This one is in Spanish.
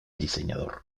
diseñador